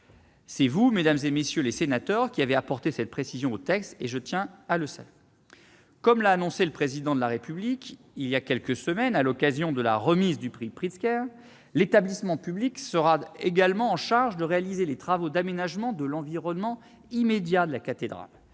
c'est vous, mesdames, messieurs les sénateurs, qui avez apporté cette précision au texte et je tiens à le saluer. Comme l'a annoncé le Président de la République, voilà quelques semaines, à l'occasion de la remise du prix Pritzker, l'établissement public sera également en charge de réaliser les travaux d'aménagement de l'environnement immédiat de la cathédrale,